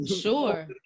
Sure